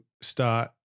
start